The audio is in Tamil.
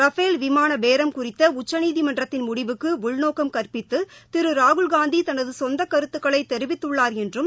ர்பேல் விமானபேரம் குறித்தஉச்சநீதிமன்றத்தின் முடிவுக்குஉள்நோக்கம் கற்ப்பித்துதிருராகுல்காந்திதனதுகொந்தகருத்துக்களைதெரிவித்துள்ளார் என்றும்